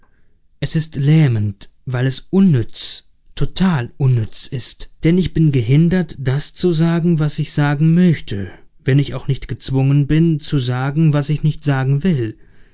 es ist lähmend weil es unnütz total unnütz ist denn ich bin gehindert das zu sagen was ich sagen möchte wenn ich auch nicht gezwungen bin zu sagen was ich nicht sagen will